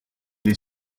les